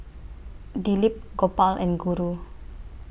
Dilip Gopal and Guru